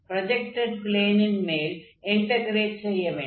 projected ப்ளேனின் மேல் integrate செய்ய வேண்டும்